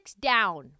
down